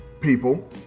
people